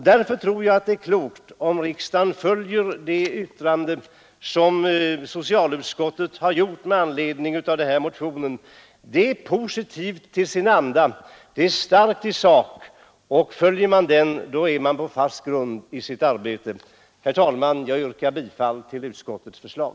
Därför tror jag att det är klokt om riksdagen följer socialutskottets yttrande med anledning av motionen. Det är positivt till sin anda, det är starkt i sak, och följer man det står man på fast grund i sitt arbete. Herr talman! Jag yrkar bifall till utskottets hemställan.